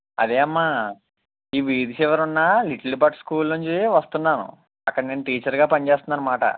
అదే అమ్మా ఈ వీధి చివర ఉన్న లిటిల్ బర్డ్స్ స్కూల్ నుంచి వస్తున్నాను అక్కడ నేను టీచర్గా పనిచేస్తున్నానన్నమాట